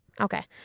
Okay